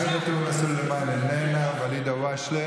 לא, עאידה תומא סלימאן, איננה, ואליד אלהואשלה,